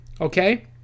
Okay